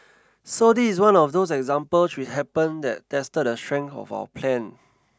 so this is one of those example which happen that tested the strength of our plan